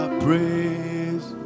praise